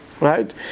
Right